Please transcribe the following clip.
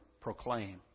proclaim